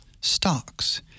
stocks